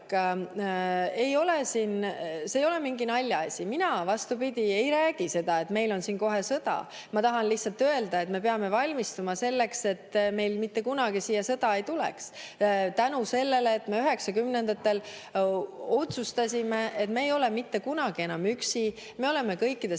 See ei ole mingi naljaasi. Mina, vastupidi, ei räägi sellest, et meil on siin kohe sõda. Ma tahan lihtsalt öelda, et me peame selleks valmistuma, siis ehk meile siia mitte kunagi sõda ei tule. Tänu sellele, et me 1990-ndatel otsustasime, et me ei ole mitte kunagi enam üksi, me oleme kõikides